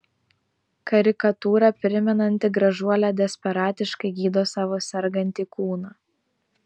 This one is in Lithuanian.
karikatūrą primenanti gražuolė desperatiškai gydo savo sergantį kūną